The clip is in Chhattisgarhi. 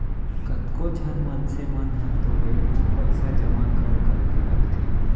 कतको झन मनसे मन ह तो बेंक म पइसा जमा कर करके रखथे